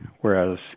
whereas